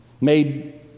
made